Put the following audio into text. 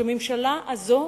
שהממשלה הזאת